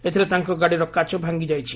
ଏଥିରେ ତାଙ୍କ ଗାଡ଼ିର କାଚ ଭାଙ୍ଗି ଯାଇଛି